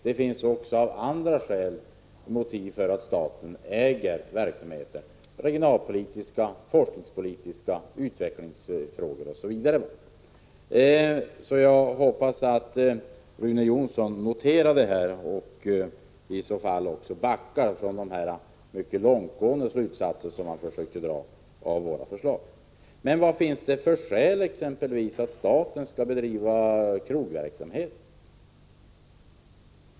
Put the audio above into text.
Detta kan vara motiverat av regionalpolitiska och forskningspolitiska skäl, med hänsyn till utvecklingssynpunkter osv. Jag hoppas att Rune Jonsson noterar detta och i så fall också tar tillbaka de mycket långtgående slutsatser som han försökte dra av våra förslag. Men vad finns det för skäl för att staten t.ex. skall bedriva krogverksamhet?